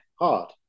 hard